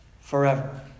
forever